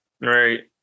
Right